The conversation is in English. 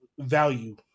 value